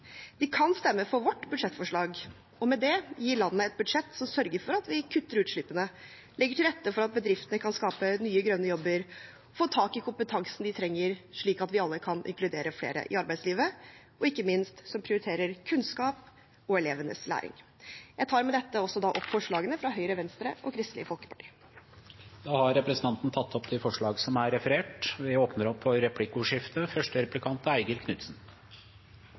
De kan stemme for vårt budsjettforslag og med det gi landet et budsjett som sørger for at vi kutter i utslippene, legger til rette for at bedriftene kan skape nye grønne jobber og får tak i kompetansen de trenger slik at vi kan inkludere flere i arbeidslivet, og – ikke minst – som prioriterer kunnskap og elevenes læring. Jeg tar med dette opp forslagene fra Høyre, Venstre og Kristelig Folkeparti. Da har representanten Tina Bru tatt opp de forslagene hun refererte til. Det blir replikkordskifte. Vi